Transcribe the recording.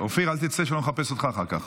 אופיר, אל תצא, שלא נחפש אותך אחר כך.